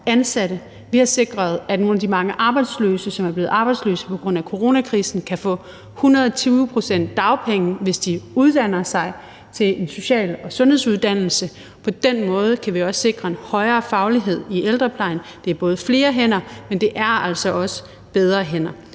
Vi har sikret, at nogle af de arbejdsløse, som er blevet arbejdsløse på grund af coronakrisen, kan få 120 pct. dagpenge, hvis de uddanner sig til en social- og sundhedsuddannelse. På den måde kan vi også sikre en højere faglighed i ældreplejen. Det er både flere hænder, men det er altså også bedre hænder.